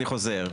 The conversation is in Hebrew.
אני חוזר,